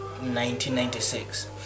1996